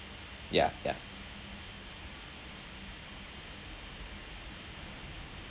ya ya